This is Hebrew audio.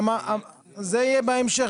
זה יהיה בהמשך.